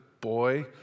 boy